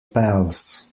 pals